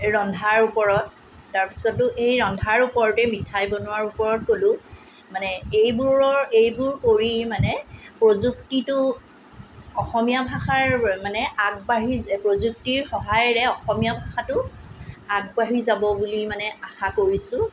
ৰন্ধাৰ ওপৰত তাৰপিছতো এই ৰন্ধাৰ ওপৰতেই মিঠাই বনোৱাৰ ওপৰত ক'লোঁ মানে এইবোৰৰ এইবোৰ কৰি মানে প্ৰযুক্তিটো অসমীয়া ভাষাৰ মানে আগবাঢ়ি প্ৰযুক্তিৰ সহায়েৰে অসমীয়া ভাষাটো আগবাঢ়ি যাব বুলি মানে আশা কৰিছোঁ